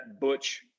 Butch